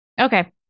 Okay